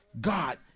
God